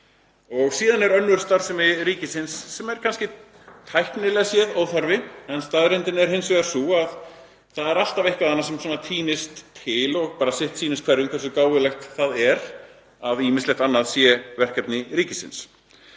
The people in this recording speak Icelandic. Og síðan er önnur starfsemi ríkisins sem er kannski tæknilega séð óþarfi en staðreyndin er hins vegar sú að það er alltaf eitthvað annað sem tínist til og sitt sýnist hverjum hversu gáfulegt það er, að ýmislegt annað sé verkefni ríkisins.